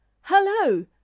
hello